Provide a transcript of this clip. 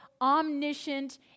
omniscient